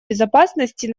безопасности